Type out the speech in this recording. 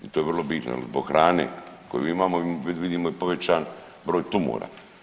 To je vrlo bitno jer zbog hrane koju imamo vidimo i povećan broj tumora.